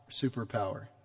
Superpower